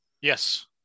yes